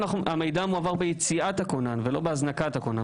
המידע מועבר ביציאת הכונן ולא בהזנקת הכונן.